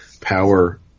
power